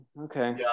okay